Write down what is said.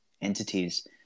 entities